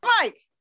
mike